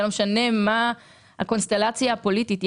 לא משנה מה הקונסטלציה הפוליטית.